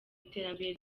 iterambere